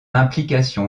implication